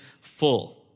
full